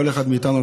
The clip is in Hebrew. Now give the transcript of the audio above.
כל אחד מאיתנו,